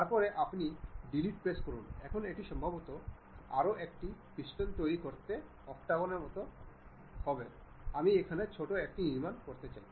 তারপরে আপনি delete press করুন এখন আমি সম্ভবত আরও একটি প্যাটার্ন তৈরি করতে চাই অক্টাগণ এর মত আমি এখানে ছোট একটি নির্মাণ করতে চাই